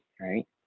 Right